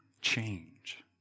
change